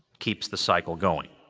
keeps the cycle going.